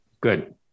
good